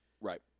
Right